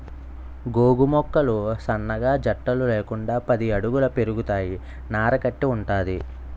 గోగు మొక్కలు సన్నగా జట్టలు లేకుండా పది అడుగుల పెరుగుతాయి నార కట్టి వుంటది